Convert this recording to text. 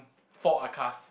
four